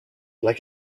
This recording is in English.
like